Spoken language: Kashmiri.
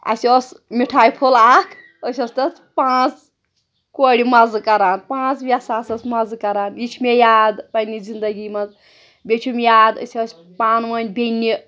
اَسہِ ٲس مِٹھایہِ پھوٚل اَکھ أسۍ ٲس تَتھ پانٛژھ کورِ مَزٕ کَران پانٛژھ وٮ۪سہٕ آسَس مَزٕ کَران یہِ چھِ مےٚ یاد پنٛنہِ زِندگی منٛز بیٚیہِ چھُم یاد أسۍ ٲسۍ پانہٕ ؤنۍ بیٚنہِ